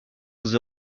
vous